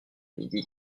midi